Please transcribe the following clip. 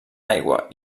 aigua